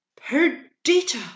Perdita